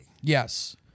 Yes